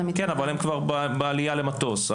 אבל הם בעלייה למטוס.